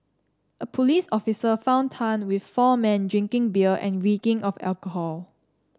a police officer found Tang with four men drinking beer and reeking of alcohol